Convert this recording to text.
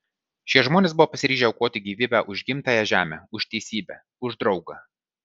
šie žmonės buvo pasiryžę aukoti gyvybę už gimtąją žemę už teisybę už draugą